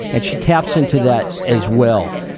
and she taps into that as well.